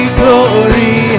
glory